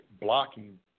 blocking